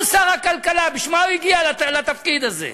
הוא שר הכלכלה, בשביל מה הוא הגיע לתפקיד הזה?